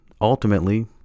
ultimately